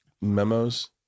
memos